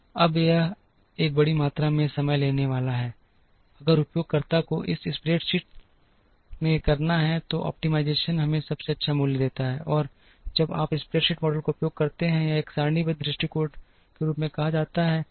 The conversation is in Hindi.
अब यह एक बड़ी मात्रा में समय लेने वाला है अगर उपयोगकर्ता को इसे एक स्प्रेडशीट में करना है तो ऑप्टिमाइज़ेशन हमें सबसे अच्छा मूल्य देता है और जब आप स्प्रेडशीट मॉडल का उपयोग करते हैं या एक सारणीबद्ध दृष्टिकोण के रूप में कहा जाता है